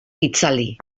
itzali